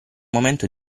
momento